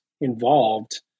involved